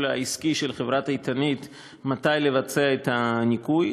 העסקי של חברת "איתנית" מתי לבצע את הניקוי.